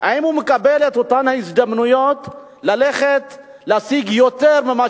האם הוא מקבל את אותן ההזדמנויות ללכת להשיג יותר,